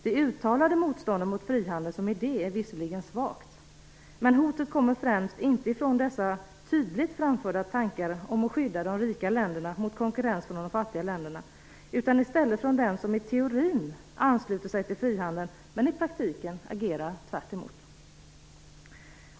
Det uttalade motståndet mot frihandeln som idé är visserligen svagt, men hotet kommer inte främst från de tydligt framförda tankarna om att skydda de rika länderna mot konkurrensen med de fattiga länderna, utan i stället från dem som i teorin ansluter sig till frihandeln, men i praktiken agerar tvärtom.